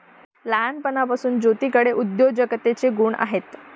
लहानपणापासून ज्योतीकडे उद्योजकतेचे गुण आहेत